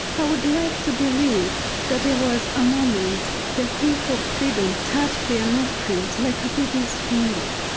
i would like to believe that there was a moment the whiff of freedom touched their nostrils like a baby's finger.